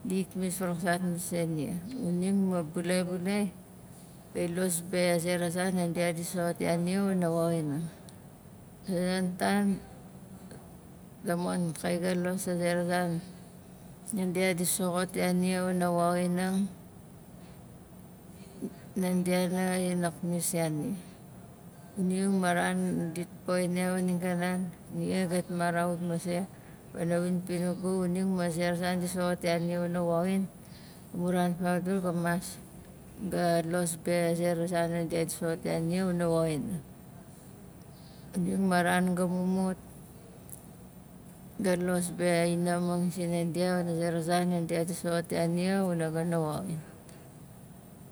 Di pnis faraksaat masei nia xuning ma bulai, bulai gai los be a zera zan nandia di soxot ya nia wana woxinang a zonon tan, tamon gai na los a zera zan nandia di soxot ya nia wana woxinang nandia nanga dina pnis ya nia xuning ma ran dit poxin ya xuning kanan nia gat marawut masei pana winpinagu xuning ma zera zan di soxot ya nia wana woxin amu ran fagdul ga mas ga los be a zera zan nandia di soxot ya nia wana woxin xuning ma ran ga mumut ga los be a inaxamang sinandia wana zera zan nandia di soxot ya nia wana ga na woxin